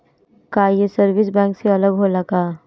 का ये service bank से अलग होला का?